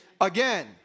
again